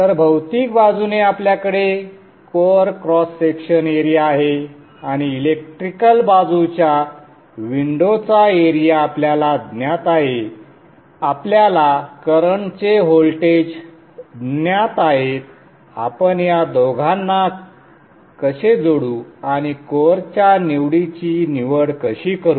तर भौतिक बाजूने आपल्याकडे कोअर क्रॉस सेक्शन एरिया आहे आणि इलेक्ट्रिकल बाजूच्या विंडोचा एरिया आपल्याला ज्ञात आहे आपल्याला करंटचे व्होल्टेज ज्ञात आहेत आपण या दोघांना कसे जोडू आणि कोअरच्या निवडीची निवड कशी करू